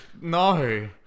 no